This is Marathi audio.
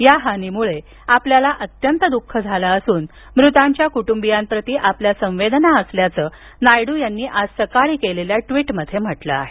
या हानीमुळे आपल्याला अत्यंत दुःख झालं असून मृतांच्या कुटुंबियांप्रती आपल्या संवेदना असल्याचं नायडू यांनी आज सकाळी केलेल्या ट्वीटमध्ये म्हटलं आहे